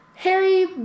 Harry